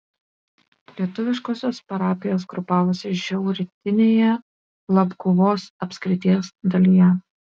lietuviškosios parapijos grupavosi šiaurrytinėje labguvos apskrities dalyje